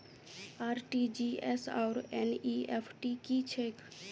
RTGS आओर NEFT की छैक?